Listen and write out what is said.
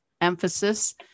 emphasis